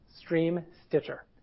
stream-stitcher